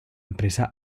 empresa